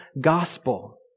Gospel